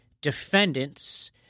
defendants